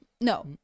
No